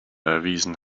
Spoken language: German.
erwiesen